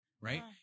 Right